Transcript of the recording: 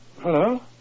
Hello